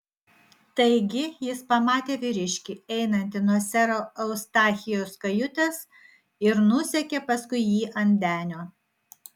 taigi jis pamatė vyriškį einantį nuo sero eustachijaus kajutės ir nusekė paskui jį ant denio